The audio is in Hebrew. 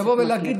לבוא ולהגיד,